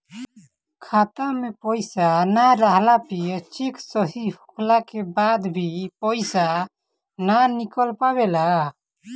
खाता में पईसा ना रहला पे चेक सही होखला के बाद भी पईसा ना निकल पावेला